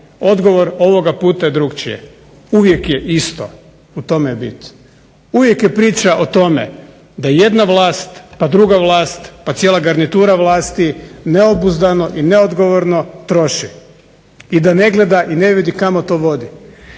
odgovor ovoga puta je drukčije. Uvijek je isto, u tome je bit. Uvijek je priča o tome da jedna vlast pa druga vlast pa cijela garnitura vlasti neobuzdano i neodgovorno troši i da ne gleda i ne vidi kamo to vodi.